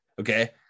okay